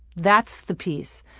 that's the piece.